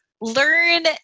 learn